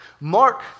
Mark